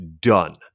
done